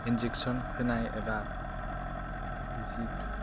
injection होनाय एबा बिजि